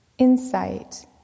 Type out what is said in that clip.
insight